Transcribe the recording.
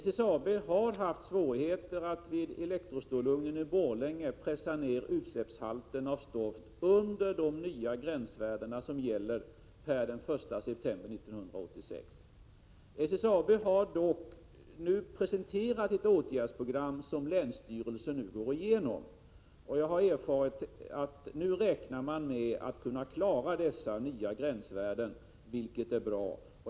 SSAB har haft svårigheter att vid elektrostålugnen i Borlänge pressa ned utsläppen av stoft så att det kommer att ligga under de nya gränsvärden som gäller per den 1 september 1986. SSAB har dock presenterat ett åtgärdsprogram som länsstyrelsen för närvarande går igenom. Jag har erfarit att man räknar med att nu kunna klara dessa nya gränsvärden, vilket är bra.